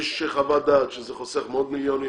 יש חוות דעת שזה חוסך מאות מיליונים.